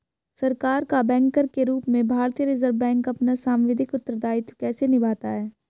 सरकार का बैंकर के रूप में भारतीय रिज़र्व बैंक अपना सांविधिक उत्तरदायित्व कैसे निभाता है?